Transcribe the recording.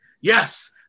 yes